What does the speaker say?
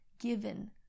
given